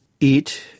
eat